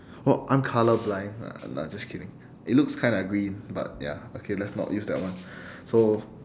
oh I'm colour blind no I'm no I'm just kidding it looks kinda green but ya okay let's not use that one so